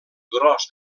gros